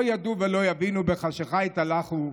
לא ידעו ולא יבינו, בחשכה יתהלכו.